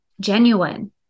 genuine